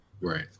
Right